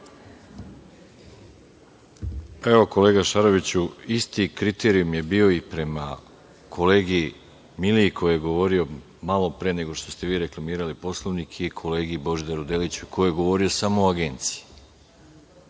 Evo, kolega Šaroviću isti kriterijum je bio i prema kolegi Miliji koji je govorio malo pre nego što ste vi reklamirali Poslovnik i kolegi Božidaru Deliću koji je govorio samo o Agenciji